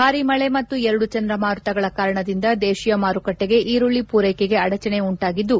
ಭಾರಿ ಮಳೆ ಮತ್ತು ಎರಡು ಚಂಡಮಾರುತಗಳ ಕಾರಣದಿಂದ ದೇಶಿಯ ಮಾರುಕಟ್ಟೆಗೆ ಈರುಳ್ಳಿ ಪೂರ್ನೆಕೆಗೆ ಅಡಚಣೆ ಉಂಟಾಗಿದ್ದು